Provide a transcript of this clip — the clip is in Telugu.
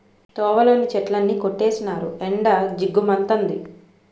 తోవలోని చెట్లన్నీ కొట్టీసినారు ఎండ జిగ్గు మంతంది